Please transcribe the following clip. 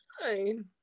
fine